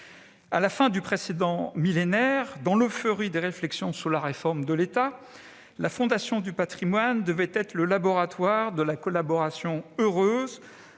À la fin du précédent millénaire, dans l'euphorie des réflexions alors menées sur la réforme de l'État, la Fondation du patrimoine devait être le laboratoire de la collaboration heureuse